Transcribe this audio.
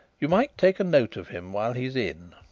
you might take note of him while he is in.